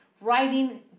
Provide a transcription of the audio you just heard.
writing